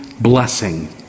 blessing